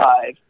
five